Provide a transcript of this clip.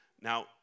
Now